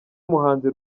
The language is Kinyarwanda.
muhanzi